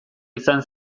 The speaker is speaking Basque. izan